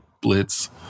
Blitz